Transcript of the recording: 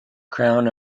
crown